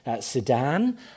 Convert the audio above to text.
Sudan